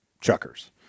chuckers